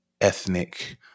ethnic